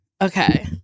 okay